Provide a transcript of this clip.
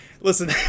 Listen